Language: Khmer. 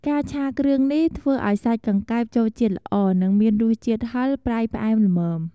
ការឆាគ្រឿងនេះ ធ្វើឱ្យសាច់កង្កែបចូលជាតិល្អ និងមានរសជាតិហិរ ប្រៃ ផ្អែម ល្មម។